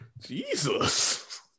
Jesus